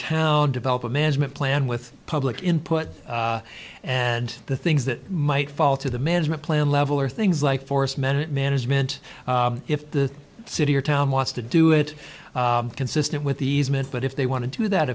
town develop a management plan with public input and the things that might fall to the management plan level or things like forest men management if the city or town wants to do it consistent with the easement but if they want to do that